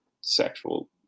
sexual